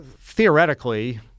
theoretically